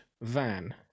van